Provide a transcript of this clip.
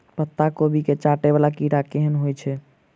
पत्ता कोबी केँ चाटय वला कीड़ा केहन होइ छै?